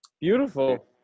beautiful